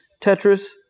Tetris